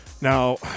Now